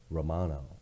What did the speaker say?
Romano